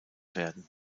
werden